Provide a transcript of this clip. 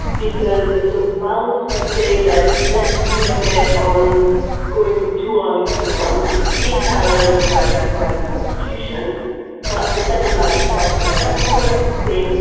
because the maoists would say that, let's move ahead on going from two armies to one in parallel with but writing the constitution but the second largest party, the nepali congress, would say,